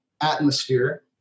atmosphere